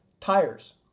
Tires